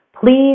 please